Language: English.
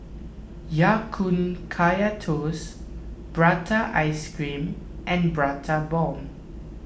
Ya Kun Kaya Toast Prata Ice Cream and Prata Bomb